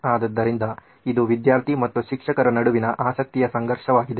ಆದ್ದರಿಂದ ಇದು ವಿದ್ಯಾರ್ಥಿ ಮತ್ತು ಶಿಕ್ಷಕರ ನಡುವಿನ ಆಸಕ್ತಿಯ ಸಂಘರ್ಷವಾಗಿದೆ